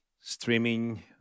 streaming